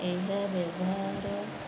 ଏବେ ବ୍ୟବହାର